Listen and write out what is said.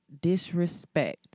disrespect